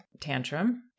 tantrum